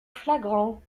flagrant